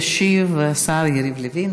ישיב השר יריב לוין.